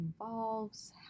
involves